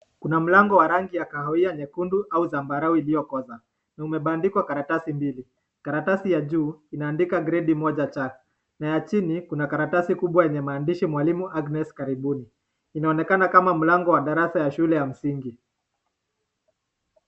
Kuna mlango wa rangi kawiya na imeandikwa karatasi, mbili karatasi ya juu imeandikwa gredi moja taa na chini ,imeandikwa mwalimu Agness karibuni, inaonekana kama darasa ya shule ya msingi.